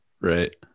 Right